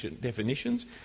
definitions